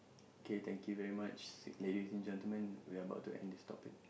kay thank you very much ladies and gentlemen we're about to end this topic